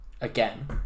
Again